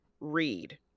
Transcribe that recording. read